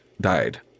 died